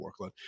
workload